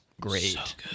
great